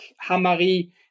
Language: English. Hamari